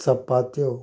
चपात्यो